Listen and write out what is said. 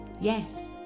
Yes